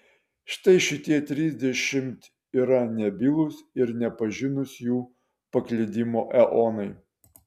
štai šitie trisdešimt yra nebylūs ir nepažinūs jų paklydimo eonai